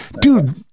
dude